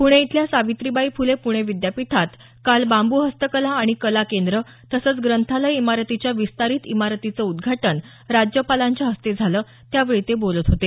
पुणे इथल्या सावित्रीबाई फुले पुणे विद्यापीठात काल बांबू हस्तकला आणि कला केंद्र तसंच ग्रंथालय इमारतीच्या विस्तारीत इमारतीचं उद्घाटन राज्यपालांच्या हस्ते झालं त्यावेळी ते बोलत होते